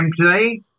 today